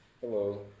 Hello